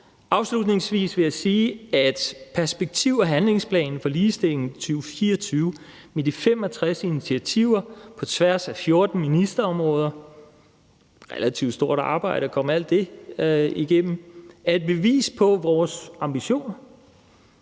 Afslutningsvis vil jeg sige, at perspektiv- og handlingsplan for ligestilling 2024 med de 65 initiativer på tværs af 14 ministerområder – det er et relativt stort arbejde at komme alt det igennem – er et bevis på vores ambitioner,